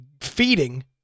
feeding